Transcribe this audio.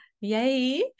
yay